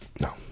no